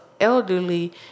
elderly